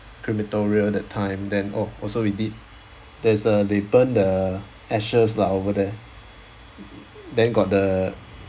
crematoria that time then oh also we did there's a they burn the ashes lah over there then got the